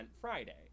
Friday